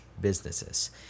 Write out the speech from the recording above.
businesses